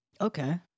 Okay